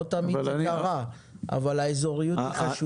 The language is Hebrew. לא תמיד זה קרה אבל האזוריות חשובה.